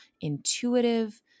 intuitive